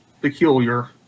peculiar